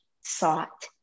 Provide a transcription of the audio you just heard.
sought